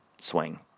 swing